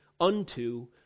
unto